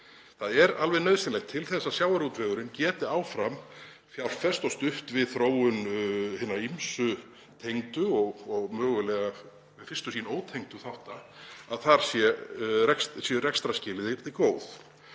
Það er alveg nauðsynlegt til að sjávarútvegurinn geti áfram fjárfest og stutt við þróun hinna ýmsu tengdu og mögulega við fyrstu sýn ótengdu þátta að þar séu rekstrarskilyrði einnig góð.